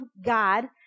God